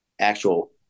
actual